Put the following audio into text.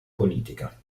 politica